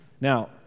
Now